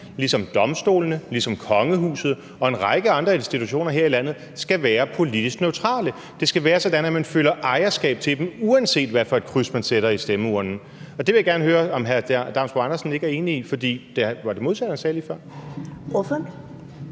ligesom det gælder kongehuset og en række andre institutioner her i landet. Det skal være sådan, at man føler ejerskab til dem, uanset hvad for et kryds man sætter, når man går til stemmeurnerne. Og det vil jeg gerne høre om hr. Lennart Damsbo-Andersen ikke er enig i – for det var det modsatte, han sagde lige før. Kl.